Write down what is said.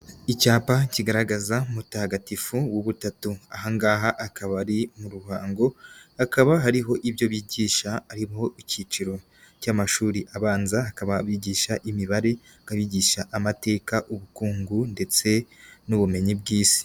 Icyapa kigaragaza Mutagatifu w'ubutatu, aha ngaha akaba ari mu Ruhango, hakaba hariho ibyo bigisha harimo icyiciro cy'amashuri abanza, bakaba bigisha imibare, bakaba bigisha amateka, ubukungu ndetse n'ubumenyi bw'Isi.